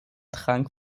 trank